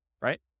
right